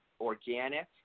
organic